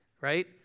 right